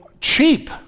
cheap